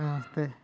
ସମସ୍ତେ